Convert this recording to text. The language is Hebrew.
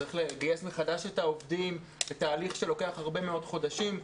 כלומר צריך לגייס מחדש את העובדים בתהליך שלוקח הרבה מאוד חודשים,